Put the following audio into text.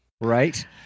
right